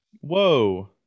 Whoa